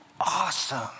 Awesome